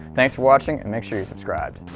thanks for watching and make sure to subscribe!